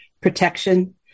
protection